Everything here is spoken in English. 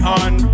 on